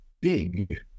big